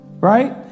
right